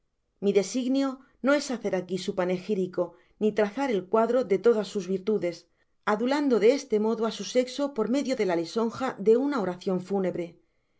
mi designio no es hacer aqui su panegirico ni trazar el cuadro de todas sus virtudes adulando de este modo á su sexo por medio de la lisonja de una oración fúnebre